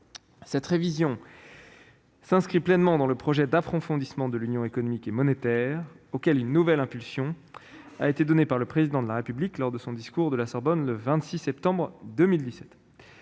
Cette révision s'inscrit pleinement dans le projet d'approfondissement de l'Union économique et monétaire, auquel une nouvelle impulsion a été donnée par le Président de la République lors de son discours de la Sorbonne le 26 septembre 2017.